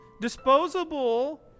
disposable